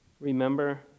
Remember